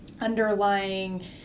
underlying